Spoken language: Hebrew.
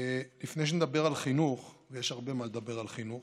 לפני שנדבר על חינוך, יש הרבה מה לדבר על חינוך,